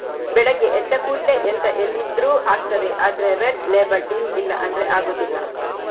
ಬೆಳಗ್ಗೆ ಎದ್ದ ಕೂಡ್ಲೇ ಎಂತ ಇಲ್ದಿದ್ರೂ ಆಗ್ತದೆ ಆದ್ರೆ ರೆಡ್ ಲೇಬಲ್ ಟೀ ಇಲ್ಲ ಅಂದ್ರೆ ಆಗುದಿಲ್ಲ